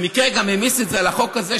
במקרה הוא גם העמיס את זה על החוק הזה,